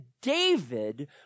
David